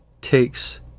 takes